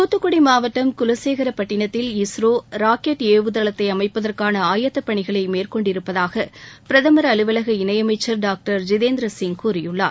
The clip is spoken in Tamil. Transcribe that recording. துத்துக்குடி மாவட்டம் குலசேகரப்பட்டினத்தில் இஸ்ரோ ராக்கெட் ஏவுதளத்தை அமைப்பதற்கான ஆயத்தப் பணிகளை மேற்கொண்டிருப்பதாக பிரதமர் அலுவலக இணை அமைச்சர் டாக்டர் ஜிதேந்திரசிங் கூறியுள்ளார்